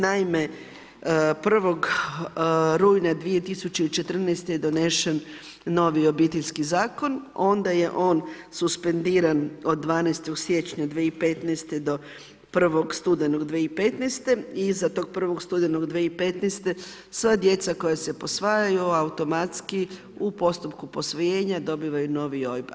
Naime, 1. rujna 2014. je donešen novi Obiteljski zakon, onda je on suspendiran od 12. siječnja 2015. do 1. studenog 2015. i iza tog 1. studenog 2015. sva djeca koja se posvajaju automatski u postupku posvojenja dobivaju novi OIB.